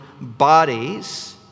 bodies